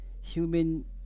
human